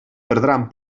perdran